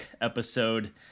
episode